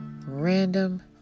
random